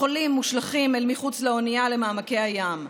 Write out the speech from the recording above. החולים מושלכים אל מחוץ לאונייה למעמקי הים.